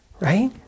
Right